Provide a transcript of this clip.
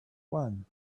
when